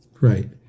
Right